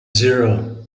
zero